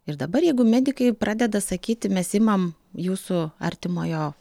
ir dabar jeigu medikai pradeda sakyti mes imam jūsų artimojo